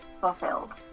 fulfilled